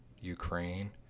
ukraine